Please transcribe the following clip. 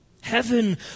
Heaven